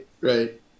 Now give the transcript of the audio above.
right